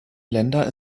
länder